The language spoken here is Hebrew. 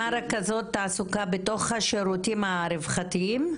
לרכזות תעסוקה בתוך השירותים הרווחתיים?